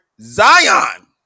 Zion